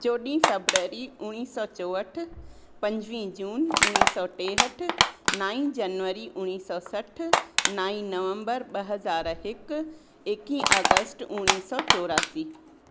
चोॾहीं February उणिवीह सौ चोहठि पंजवीह जून उणिवीह सौ टेहठि नाईं जनवरी उणिवीह सौ सठि नाईं नवेंबर ॿ हज़ार हिकु एक्वीह अगस्त उणिवीह सौ चौरासी